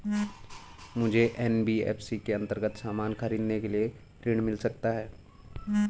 मुझे एन.बी.एफ.सी के अन्तर्गत सामान खरीदने के लिए ऋण मिल सकता है?